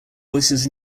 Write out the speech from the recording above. voices